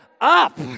up